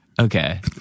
Okay